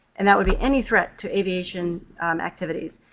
and that would be any threat to aviation activities.